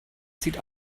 sieht